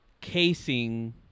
casing